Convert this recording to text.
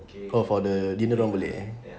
for the dinner dia orang boleh eh